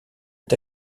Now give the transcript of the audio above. est